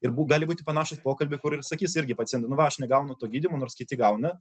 ir bū gali būti panašūs pokalbiai kur ir sakys irgi pacient nu va aš negaunu to gydymo nors kiti gauna